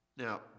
Now